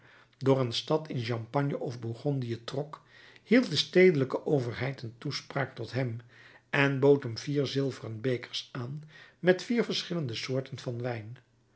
door een stad in champagne of bourgogne trok hield de stedelijke overheid een toespraak tot hem en bood hem vier zilveren bekers aan met vier verschillende soorten van wijn